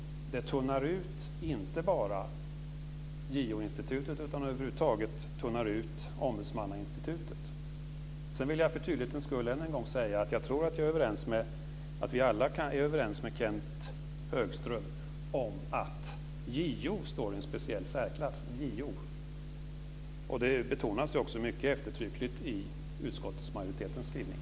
Det inte bara tunnar ut JO-institutet, utan över huvud taget tunnar det ut ombudsmannainstitutet. För tydlighetens skull vill jag än en gång säga att jag tror att vi alla är överens med Kenth Högström om JO:s speciella särklasställning. Detta betonas också eftertryckligt i utskottsmajoritetens skrivning.